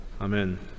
Amen